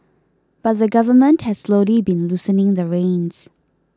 but the Government has slowly been loosening the reins